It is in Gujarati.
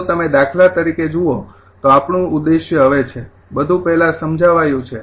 તેથી જો તમે દાખલા તરીકે જુઓ તો આપણું ઉદ્દેશ્ય હવે છે બધું પહેલાં સમજાવાયું છે